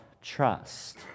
trust